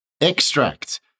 extract